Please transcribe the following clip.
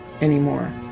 anymore